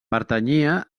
pertanyia